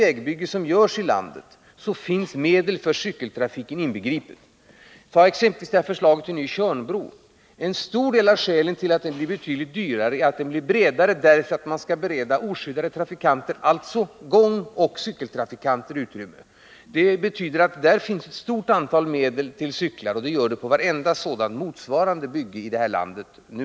Vid varje nytt vägbygge i landet finns medel för cykeltrafiken inbegripna i det totala beloppet. Ta exempelvis förslaget till ny Tjörnbro — ett av skälen till att den blir betydligt dyrare än den tidigare är att bron blir bredare för att kunna bereda oskyddade trafikanter, dvs. gångoch cykeltrafikanter, utrymme. Där finns alltså stora summor avdelade för cykeltrafik — och det gör det numera vid varje motsvarande bygge här i landet.